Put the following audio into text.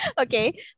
Okay